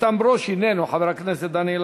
חבר הכנסת איתן ברושי,